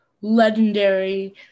legendary